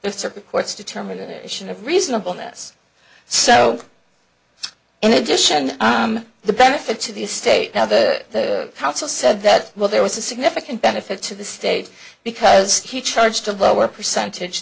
the supreme court's determination of reasonableness so in addition the benefit to the state now the counsel said that well there was a significant benefit to the state because he charged a lower percentage